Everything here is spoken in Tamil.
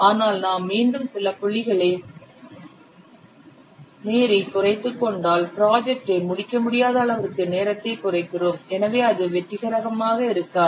ஆனால் நாம் மீண்டும் சில புள்ளிகளை மீறி குறைத்துக்கொண்டால் ப்ராஜெக்ட் ஐ முடிக்க முடியாத அளவிற்கு நேரத்தை குறைக்கிறோம் எனவே அது வெற்றிகரமாக இருக்காது